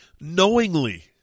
knowingly